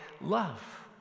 love